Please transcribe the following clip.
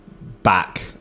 back